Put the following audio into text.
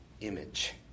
image